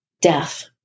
death